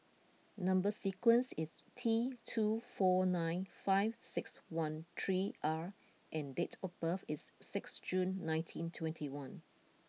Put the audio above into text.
number sequence is T two four nine five six one three R and date of birth is six June nineteen twenty one